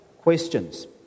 questions